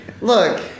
Look